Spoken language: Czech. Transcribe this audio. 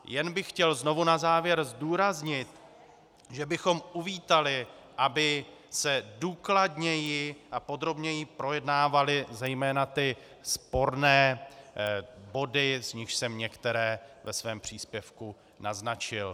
Jen bych chtěl znovu na závěr zdůraznit, že bychom uvítali, aby se důkladněji a podrobněji projednávaly zejména ty sporné body, z nichž jsem některé ve svém příspěvku naznačil.